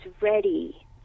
ready